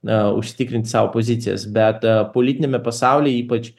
na užsitikrinti sau pozicijas bet politiniame pasauly ypač